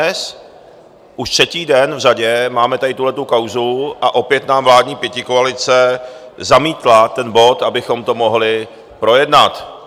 Dnes už třetí den v řadě máme tady tuhle kauzu a opět nám vládní pětikoalice zamítla ten bod, abychom to mohli projednat.